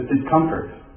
discomfort